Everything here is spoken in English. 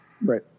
Right